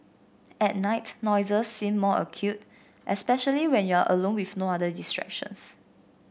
at night noises seem more acute especially when you are alone with no other distractions